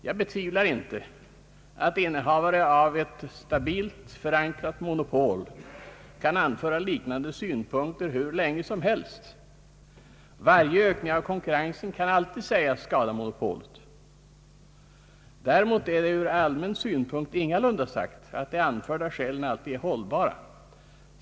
Jag betvivlar inte att innehavaren av ett stabilt förankrat monopol kan an föra liknande synpunkter hur länge som helst. Varje ökning av konkurrensen kan alltid sägas skada monopolet. Däremot är det från allmän synpunkt ingalunda sagt att de anförda skälen alltid är hållbara.